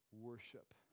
worship